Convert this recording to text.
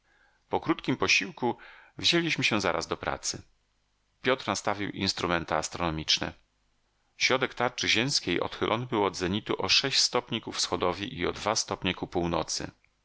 po krótkim posiłku wzięliśmy się zaraz do pracy piotr nastawił instrumenta astronomiczne środek tarczy ziemskiej odchylony był od zenitu o sześć stopni ku wschodowi i o dwa stopnie ku północy